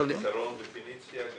יש פתרון ל"פניציה"?